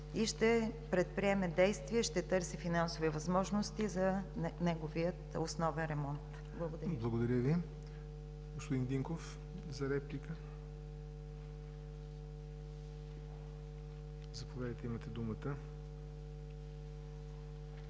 ще предприеме действия и ще търси финансови възможности за неговия основен ремонт. Благодаря.